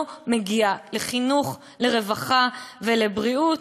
הכסף אינו מגיע לחינוך, לרווחה ולבריאות.